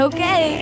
Okay